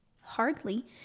Hardly